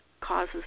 causes